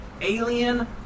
Alien